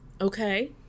Okay